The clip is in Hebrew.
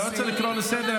אני לא רוצה לקרוא לסדר.